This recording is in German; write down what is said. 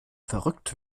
verrückt